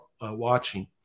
watching